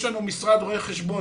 יש לנו משרד רואה חשבון,